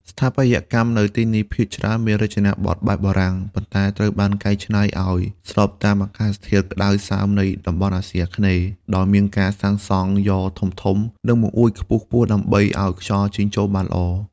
ស្ថាបត្យកម្មនៅទីនេះភាគច្រើនមានរចនាប័ទ្មបែបបារាំង ប៉ុន្តែត្រូវបានកែច្នៃឱ្យស្របតាមអាកាសធាតុក្តៅសើមនៃតំបន់អាស៊ីអាគ្នេយ៍ ដោយមានការសាងសង់យ៉រធំៗ និងបង្អួចខ្ពស់ៗដើម្បីឱ្យខ្យល់ចេញចូលបានល្អ។